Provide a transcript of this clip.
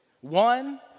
One